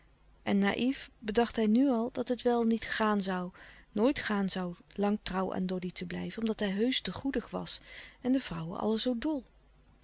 en naïf bedacht hij nu al dat het wel niet gaan zoû nooit gaan zoû lang trouw aan doddy te blijven omdat hij heusch te goedig was en de vrouwen allen zoo dol